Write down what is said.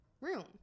room